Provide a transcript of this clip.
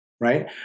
right